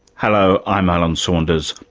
hello, i'm alan saunders,